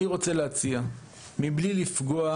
אני רוצה להציע, מבלי לפגוע